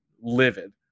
livid